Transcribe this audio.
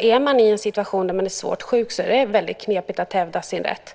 Är man i en situation där man är svårt sjuk är det väldigt knepigt att hävda sin rätt.